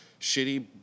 shitty